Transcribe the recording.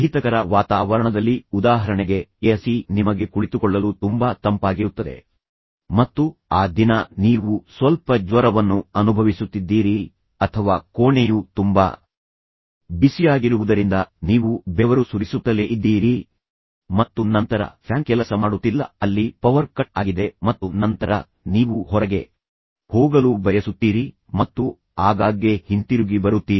ಅಹಿತಕರ ವಾತಾವರಣದಲ್ಲಿ ಉದಾಹರಣೆಗೆ ಎಸಿ ನಿಮಗೆ ಕುಳಿತುಕೊಳ್ಳಲು ತುಂಬಾ ತಂಪಾಗಿರುತ್ತದೆ ಮತ್ತು ಆ ದಿನ ನೀವು ಸ್ವಲ್ಪ ಜ್ವರವನ್ನು ಅನುಭವಿಸುತ್ತಿದ್ದೀರಿ ಅಥವಾ ಕೋಣೆಯು ತುಂಬಾ ಬಿಸಿಯಾಗಿರುವುದರಿಂದ ನೀವು ಬೆವರು ಸುರಿಸುತ್ತಲೇ ಇದ್ದೀರಿ ಮತ್ತು ನಂತರ ಫ್ಯಾನ್ ಕೆಲಸ ಮಾಡುತ್ತಿಲ್ಲ ಅಲ್ಲಿ ಪವರ್ ಕಟ್ ಆಗಿದೆ ಮತ್ತು ನಂತರ ನೀವು ಹೊರಗೆ ಹೋಗಲು ಬಯಸುತ್ತೀರಿ ಮತ್ತು ಆಗಾಗ್ಗೆ ಹಿಂತಿರುಗಿ ಬರುತ್ತೀರಿ